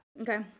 Okay